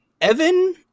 Evan